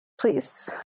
please